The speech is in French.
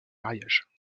mariage